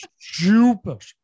stupid